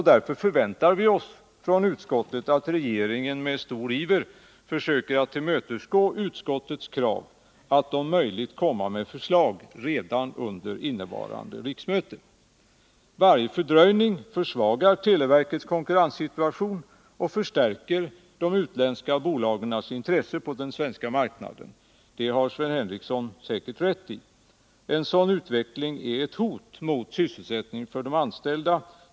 Därför förväntar vi oss från utskottet att regeringen med stor iver försöker att tillmötesgå utskottets krav att om möjligt komma med förslag redan under innevarande riksmöte. Varje fördröjning försvagar televerkets konkurrenssituation och förstärker de utländska bolagens intressen på den svenska marknaden. Det har Sven Henricsson säkert rätt i. En sådan utveckling är ett hot mot sysselsättningen för de anställda.